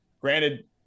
Granted